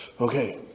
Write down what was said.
okay